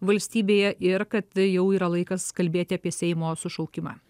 valstybėje ir kad jau yra laikas kalbėti apie seimo sušaukimą